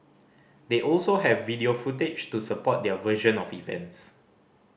they also have video footage to support their version of events